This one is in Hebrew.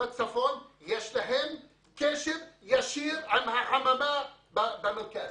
יש להם קשר ישיר עם החממה במרכז.